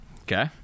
Okay